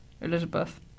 Elizabeth